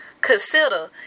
consider